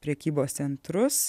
prekybos centrus